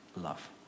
love